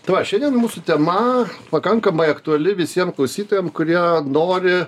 tai va šiandien mūsų tema pakankamai aktuali visiem klausytojam kurie nori